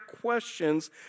questions